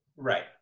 Right